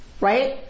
Right